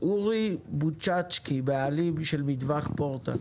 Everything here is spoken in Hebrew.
אורי בוצ'צקי, בעלים של מטווח פורטל.